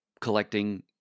collecting